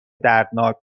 دردناک